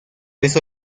eso